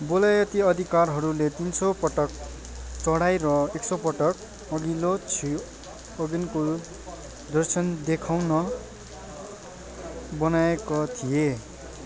बेलायती अधिकारीहरूले तिन सय पटक चौडाइ र एक सय पटक अघिल्लो दर्शन देखाउन बनाएका थिए